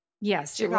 Yes